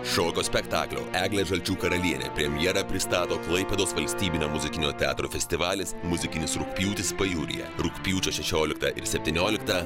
šokio spektaklio eglė žalčių karalienė premjerą pristato klaipėdos valstybinio muzikinio teatro festivalis muzikinis rugpjūtis pajūryje rugpjūčio šešioliktą ir septynioliktą